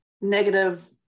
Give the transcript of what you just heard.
negative